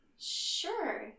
Sure